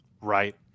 Right